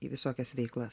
į visokias veiklas